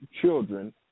children